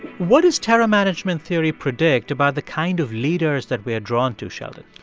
what does terror management theory predict about the kind of leaders that we are drawn to, sheldon?